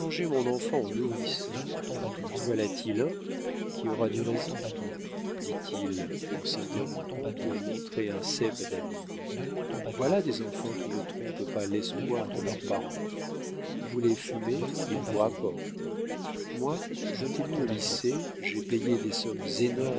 mon enfant en nourrice en voilà-t-il un qui aura du raisin dit-il en s'interrompant pour montrer un cep à david voilà des enfants qui ne trompent pas l'espoir de leurs parents vous les fumez ils vous rapportent moi je t'ai mis au lycée j'ai payé des sommes énormes